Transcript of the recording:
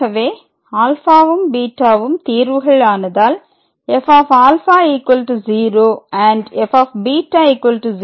ஆகவே ∝ம் βம் தீர்வுகள் ஆனதால் f∝ 0 fβ 0